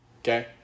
Okay